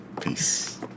Peace